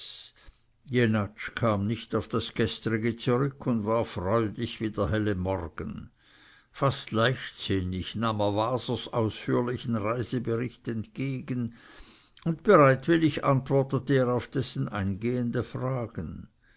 kam nicht auf das gestrige zurück und war freudig wie der helle morgen fast leichtsinnig nahm er wasers ausführlichen reisebericht entgegen und bereitwillig antwortete er auf dessen eingehende fragen